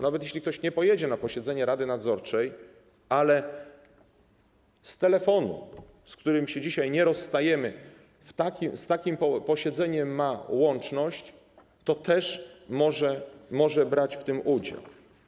Nawet jeśli ktoś nie pojedzie na posiedzenie rady nadzorczej, ale z telefonu, z którym się dzisiaj nie rozstajemy, z takim posiedzeniem ma łączność, to też może brać w tym udział.